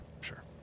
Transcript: sure